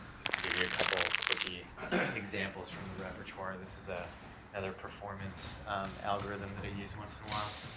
just to give you a couple quickie examples from the repetoire, and this is ah another performance algorithm that i use once in a while.